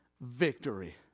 victory